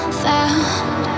found